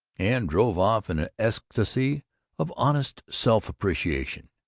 and drove off in an ecstasy of honest self-appreciation.